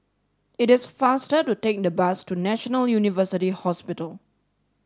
it is faster to take the bus to National University Hospital